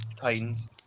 Titans